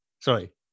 sorry